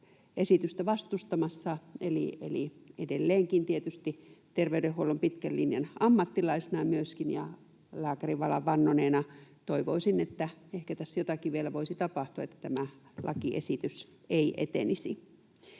esitystä vastustamassa, eli edelleenkin tietysti terveydenhuollon pitkän linjan ammattilaisena myöskin ja lääkärinvalan vannoneena toivoisin, että ehkä tässä jotakin vielä voisi tapahtua, että tämä lakiesitys ei etenisi.